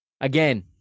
Again